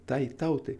tai tautai